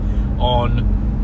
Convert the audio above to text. On